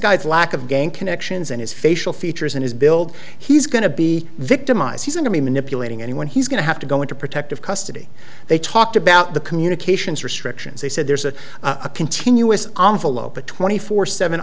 guy's lack of gain connections and his facial features and his build he's going to be victimized he's going to be manipulating anyone he's going to have to go into protective custody they talked about the communications restrictions they said there's a a continuous on follow but twenty four seven